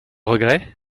regret